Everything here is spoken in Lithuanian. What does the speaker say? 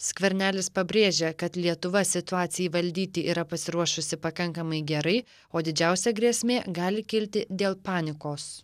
skvernelis pabrėžia kad lietuva situacijai valdyti yra pasiruošusi pakankamai gerai o didžiausia grėsmė gali kilti dėl panikos